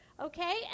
Okay